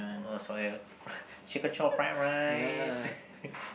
oh soya chicken chop fried rice